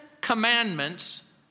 commandments